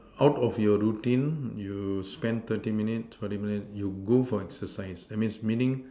out of your routine you spend thirty minute forty minute you go for exercise that means meaning